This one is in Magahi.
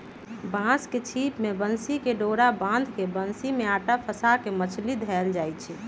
बांस के छिप में बन्सी कें डोरा बान्ह् के बन्सि में अटा फसा के मछरि धएले जाइ छै